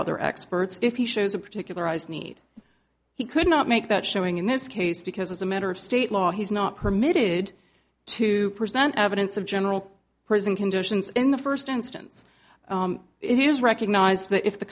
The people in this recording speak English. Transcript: other experts if he shows a particular eyes need he could not make that showing in this case because as a matter of state law he's not permitted to present evidence of general prison conditions in the first instance he has recognized that if the